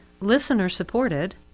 listener-supported